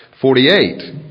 Forty-eight